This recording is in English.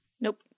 Nope